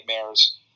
nightmares